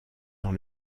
dans